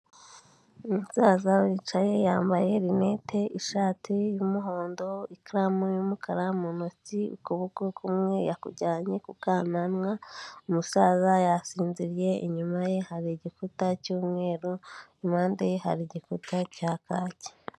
Umusaza wicaye yambaye lunette, ishati y'umuhondo, ikaramu y'umukara mu ntoki, ukuboko kumwe yakujyanye ku kananwa, umusaza yasinziriye, inyuma ye hari igikuta cy'umweru, impande ye hari igikuta cya kaki.